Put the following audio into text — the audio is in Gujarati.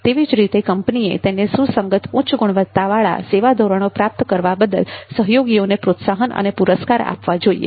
તેવી જ રીતે કંપનીએ તેને સુસંગત ઉચ્ચ ગુણવત્તાવાળા સેવા ધોરણો પ્રાપ્ત કરવા બદલ સહયોગીઓને પ્રોત્સાહન અને પુરસ્કાર આપવા જોઈએ